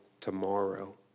tomorrow